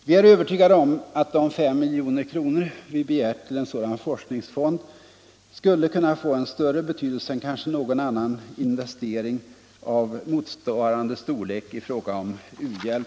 Vi är övertygade om att de 5 milj.kr. vi begärt till en sådan forskningsfond skulle kunna få en större betydelse än kanske någon annan investering av motsvarande storlek i fråga om u-hjälp.